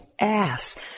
ass